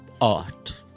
art